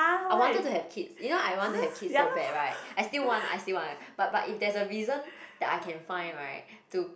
I wanted to have kids you know I want to have kids so bad right I still want I still want but but if there's a reason that I can find right to